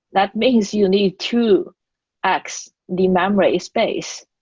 that means you need two x the memory space,